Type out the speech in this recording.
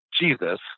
Jesus